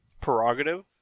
prerogative